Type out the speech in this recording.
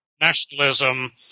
nationalism